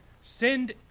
send